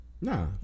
Nah